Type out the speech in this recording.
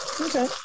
Okay